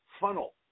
funnel